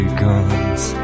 guns